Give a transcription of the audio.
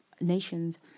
nations